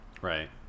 Right